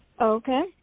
Okay